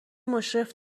مشرف